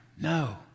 No